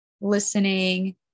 listening